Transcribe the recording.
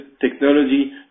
technology